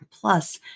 Plus